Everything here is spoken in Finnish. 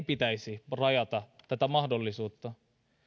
pitäisi rajata tätä mahdollisuutta